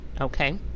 Okay